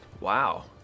wow